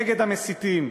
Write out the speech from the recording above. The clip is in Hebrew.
נגד המסיתים,